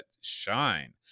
shine